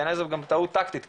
בעיניי זו גם טעות טקטית,